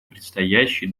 предстоящей